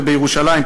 בירושלים,